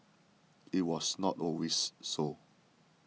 it was not always so